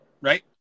right